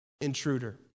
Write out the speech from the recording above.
Intruder